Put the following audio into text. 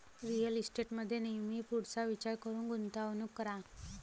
real इस्टेटमध्ये नेहमी पुढचा विचार करून गुंतवणूक करा